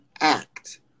act